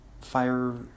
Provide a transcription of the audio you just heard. fire